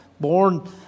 born